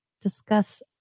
discuss